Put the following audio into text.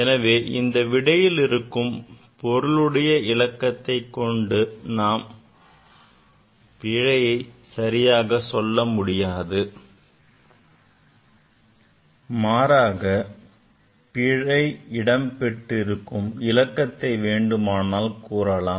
எனவே இந்த விடையில் இருக்கும் பொருளுடைய இலக்கத்தை கொண்டு நாம் பிழையை சரியாக சொல்ல முடியாது மாறாக பிழை இடம்பெற்றிருக்கும் இலக்கத்தை வேண்டுமானால் கூறலாம்